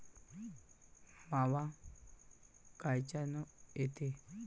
मावा कायच्यानं येते?